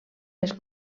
les